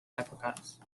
apricots